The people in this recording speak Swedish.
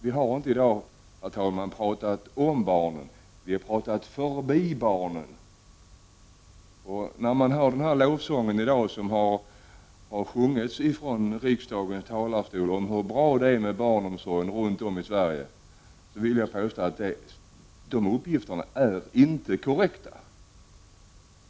I dag har vi inte pratat om barnen, utan vi har pratat förbi barnen. Vi har i dag kunnat höra en lovsång från riksdagens talarstol om hur bra barnomsorgen är runt om i Sverige. Men jag vill påstå att det inte är korrekt.